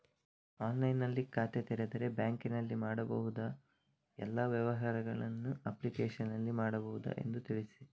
ಆನ್ಲೈನ್ನಲ್ಲಿ ಖಾತೆ ತೆರೆದರೆ ಬ್ಯಾಂಕಿನಲ್ಲಿ ಮಾಡಬಹುದಾ ಎಲ್ಲ ವ್ಯವಹಾರಗಳನ್ನು ಅಪ್ಲಿಕೇಶನ್ನಲ್ಲಿ ಮಾಡಬಹುದಾ ಎಂದು ತಿಳಿಸಿ?